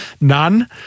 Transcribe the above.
None